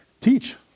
Teach